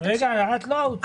את לא האוצר.